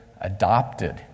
adopted